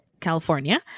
California